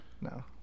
No